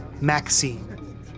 Maxine